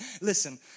Listen